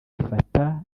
bifata